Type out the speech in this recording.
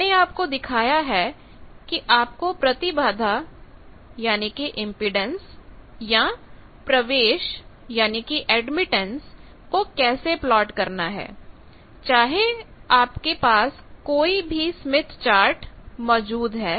मैंने आपको दिखाया है कि आपकोप्रतिबाधा या प्रवेश को कैसे प्लॉट करना है चाहे आपके पास कोई भी स्मिथ चार्ट मौजूद हो